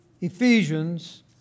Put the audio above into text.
Ephesians